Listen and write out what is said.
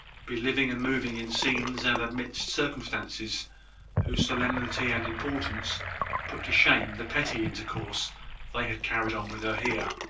be living and moving in scenes and amidst circumstances whose solemnity and importance put to shame the petty intercourse they had carried on with her here.